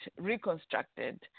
reconstructed